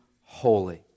holy